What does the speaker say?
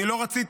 אני לא רציתי,